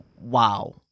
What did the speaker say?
wow